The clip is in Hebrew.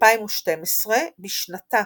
2012 בשנתה,